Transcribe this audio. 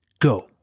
go